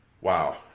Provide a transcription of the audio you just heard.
Wow